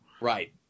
Right